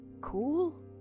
cool